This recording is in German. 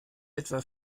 etwa